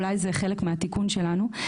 אולי זה חלק מהתיקון שלנו,